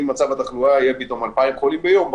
אם מצב התחלואה יהיה 2,000 חולים ביום,